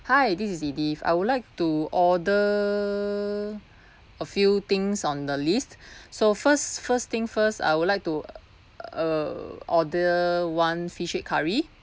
hi this is edith I would like to order a few things on the list so first first thing first I would like to uh order one fish head curry